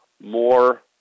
more